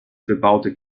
bebaute